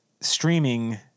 streaming